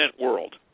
world